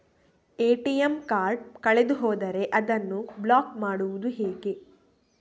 ATM card ಕಳೆದು ಹೋದರೆ ಅದನ್ನು ಬ್ಲಾಕ್ ಮಾಡುವುದು ಹೇಗೆ?